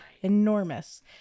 enormous